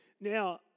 Now